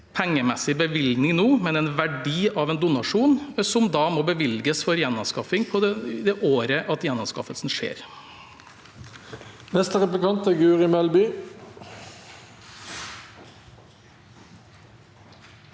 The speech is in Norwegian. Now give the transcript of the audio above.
pengemessig bevilgning nå, men en verdi av en donasjon som må bevilges for gjenanskaffing det året gjenanskaffelsen skjer.